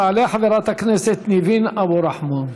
תעלה חברת הכנסת ניבין אבו רחמון,